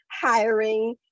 hiring